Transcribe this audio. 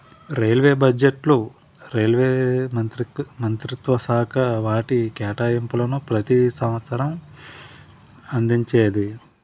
railway బడ్జెట్ను railway మంత్రిత్వశాఖ వాటి కేటాయింపులను ప్రతి సంవసరం అందించేది